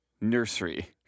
Nursery